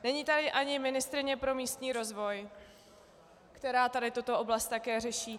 Není tady ani ministryně pro místní rozvoj, která tady tuto oblast také řeší.